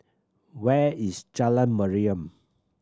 where is Jalan Mariam